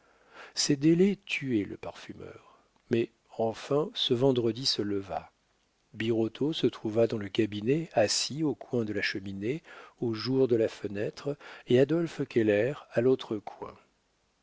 ces délais tuaient le parfumeur mais enfin ce vendredi se leva birotteau se trouva dans le cabinet assis au coin de la cheminée au jour de la fenêtre et adolphe keller à l'autre coin